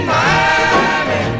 Miami